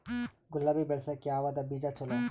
ಗುಲಾಬಿ ಬೆಳಸಕ್ಕ ಯಾವದ ಬೀಜಾ ಚಲೋ?